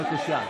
בבקשה.